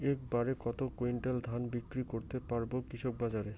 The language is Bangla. এক বাড়ে কত কুইন্টাল ধান বিক্রি করতে পারবো কৃষক বাজারে?